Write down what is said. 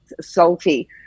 salty